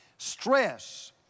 Stress